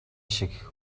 шиг